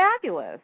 fabulous